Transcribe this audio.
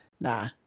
nah